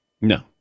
No